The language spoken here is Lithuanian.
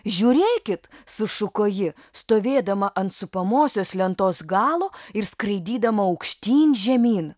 žiūrėkit sušuko ji stovėdama ant supamosios lentos galo ir skraidydama aukštyn žemyn